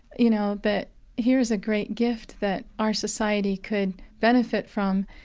you know, that here's a great gift that our society could benefit from,